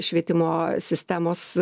švietimo sistemos